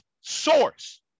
source